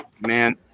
Man